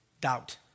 doubt